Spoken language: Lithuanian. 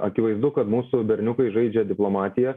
akivaizdu kad mūsų berniukai žaidžia diplomatiją